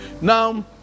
Now